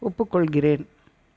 ஒப்புக்கொள்கிறேன்